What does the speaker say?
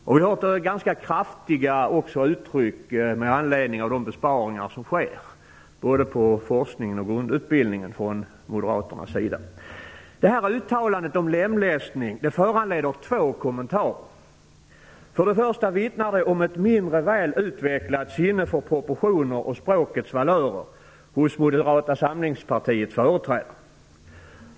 Det används ganska kraftiga uttryck från moderaternas sida med anledning av de besparingar som sker både på forskningen och på grundutbildningen. Uttalandet om lemlästning föranleder två kommentarer. För det första vittnar det om ett mindre väl utvecklat sinne för proportioner och språkets valörer hos Moderata samlingspartiets företrädare.